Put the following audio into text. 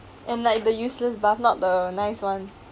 and like the useless buff not the nice one